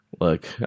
Look